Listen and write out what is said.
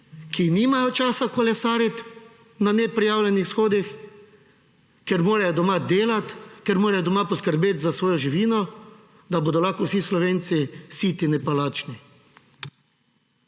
ki nimajo časa kolesariti na neprijavljenih shodih, ker morajo doma delati, ker morajo doma poskrbeti za svojo živino, da bodo lahko vsi Slovenci siti, ne pa lačni.